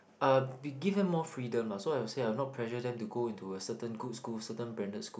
uh to give them more freedom lah so I will say I will not give them pressure to go into a certain good school certain branded school